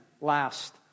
last